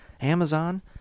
Amazon